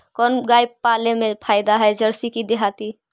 कोन गाय पाले मे फायदा है जरसी कि देहाती?